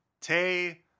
Tay